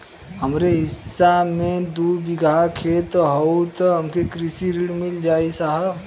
हमरे हिस्सा मे दू बिगहा खेत हउए त हमके कृषि ऋण मिल जाई साहब?